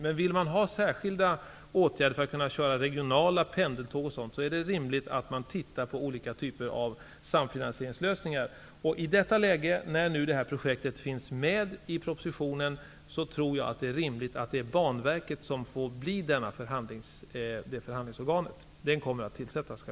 Men om man vill ha särskilda åtgärder för att kunna köra regionala pendeltåg o.d. är det rimligt att titta på olika typer av samfinansieringslösningar. I detta läge -- projektet finns alltså med i propositionen -- tror jag att det är rimligt att Banverket blir förhandlingsorgan. Självklart blir det en tillsättning.